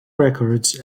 records